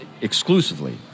exclusively